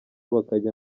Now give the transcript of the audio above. bakajya